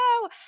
go